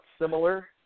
similar